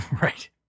Right